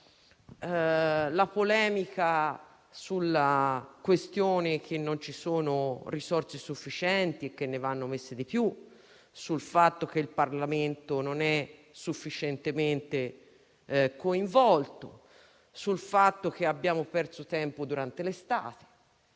la polemica sulla questione che non ci sono risorse sufficienti e che ne vanno messe di più; sul fatto che il Parlamento non è sufficientemente coinvolto; sul fatto che abbiamo perso tempo durante l'estate.